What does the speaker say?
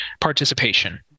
participation